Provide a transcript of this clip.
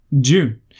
June